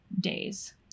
days